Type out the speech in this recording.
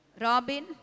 Robin